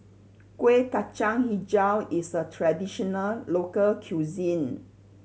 Kuih Kacang Hijau is a traditional local cuisine